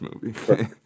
movie